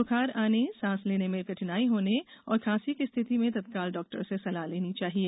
बुखार आने सांस लेने में कठिनाई होने और खांसी की स्थिति में तत्काल डॉक्टर से सलाह लेनी चाहिए